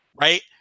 right